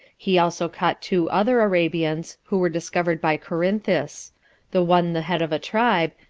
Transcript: he also caught two other arabians, who were discovered by corinthus the one the head of a tribe,